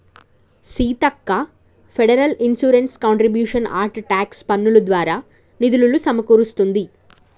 Seethakka Federal Insurance Contributions Act tax పన్నులు దారా నిధులులు సమకూరుస్తుంది